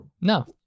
No